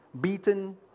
beaten